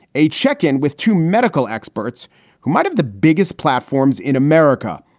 a chicken with two medical experts who might have the biggest platforms in america.